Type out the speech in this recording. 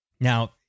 now